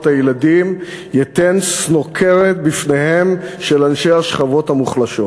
הילדים ייתן סנוקרת בפניהם של אנשי השכבות המוחלשות.